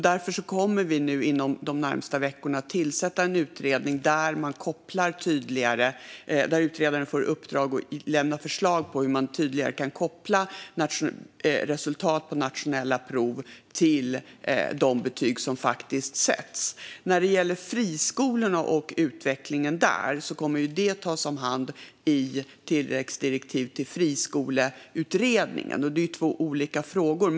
Därför kommer vi inom de närmaste veckorna att tillsätta en utredning som får i uppdrag att lämna förslag på hur man tydligare kan koppla resultat på nationella prov till de betyg som faktiskt sätts. När det gäller friskolorna och utvecklingen där kommer det att tas om hand i tilläggsdirektiv till friskoleutredningen. Det är två olika frågor.